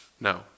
no